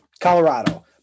Colorado